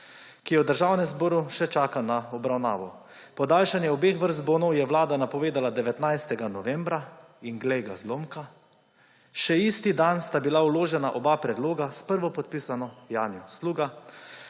ki v Državnem zboru še čaka na obravnavo. Podaljšanje obeh vrst bonov je vlada napovedala 19. novembra in, glej ga zlomka, še isti dan sta bila vložena oba predloga s prvopodpisano Janjo Sluga.